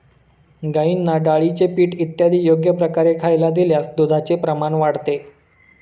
गाईंना डाळीचे पीठ इत्यादी योग्य प्रकारे खायला दिल्यास दुधाचे प्रमाण वाढते